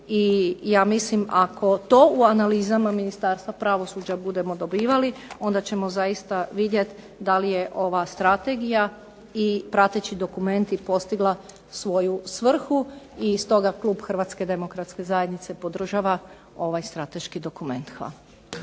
i ja mislim ako to u analizama Ministarstva pravosuđa budemo dobivali onda ćemo zaista vidjeti da li je ova strategija i prateći dokumenti postigla svoju svrhu. I stoga klub HDZ-a podržava ovaj strateški dokument. Hvala.